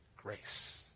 Grace